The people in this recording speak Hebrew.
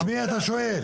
את מי אתה שואל?